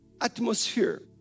atmosphere